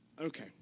Okay